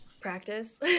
Practice